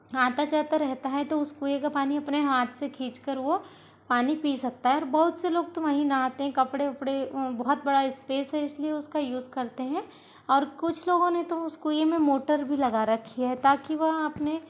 आता जाता रहता है तो उस कुएँ का पानी अपने हाथ से खींच कर वो पानी पी सकता है और बहुत से लोग तो वही नहाते हैं कपड़े वपड़े बहुत बड़ा स्पेस है इसलिए उसका यूज़ करते हैं और कुछ लोगों ने तो उस कुएँ में मोटर भी लगा रखी हैं ताकि वह अपने